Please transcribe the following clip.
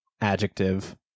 adjective